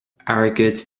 airgead